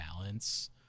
balance